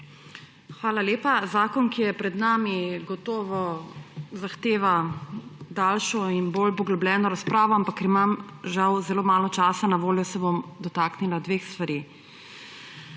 Hvala lepa. Zakon, ki je pred nami, gotovo zahteva daljšo in bolj poglobljeno razpravo, ampak ker imam žal zelo malo časa na voljo, se bom dotaknila dveh stvari.